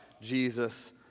Jesus